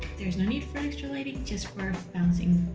there's no need for extra lighting just for bouncing